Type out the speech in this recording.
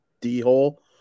D-hole